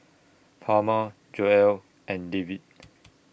Palma Joella and David